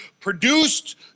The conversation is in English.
produced